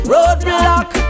Roadblock